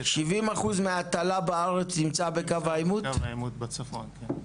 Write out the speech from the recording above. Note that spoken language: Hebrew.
70% מההטלה נמצא בקו העימות בצפון?